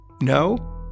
no